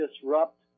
disrupt